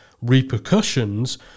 repercussions